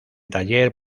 taller